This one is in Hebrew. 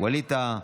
ווליד טאהא.